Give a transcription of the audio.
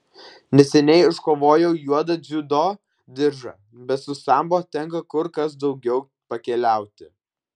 neseniai iškovojau juodą dziudo diržą bet su sambo tenka kur kas daugiau pakeliauti